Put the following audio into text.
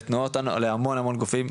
לתנועות נוער להמון המון גופים,